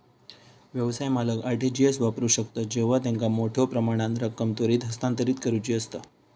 व्यवसाय मालक RTGS वापरू शकतत जेव्हा त्यांका मोठ्यो प्रमाणात रक्कम त्वरित हस्तांतरित करुची असता